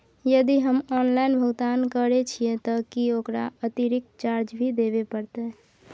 यदि हम ऑनलाइन भुगतान करे छिये त की ओकर अतिरिक्त चार्ज भी देबे परतै?